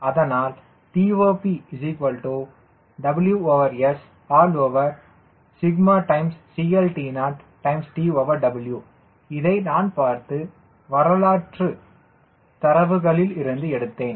அதனால் TOP WSCLTO TW இதை நான் பார்த்து வரலாற்று தரவுகளிலிருந்து எடுத்தேன்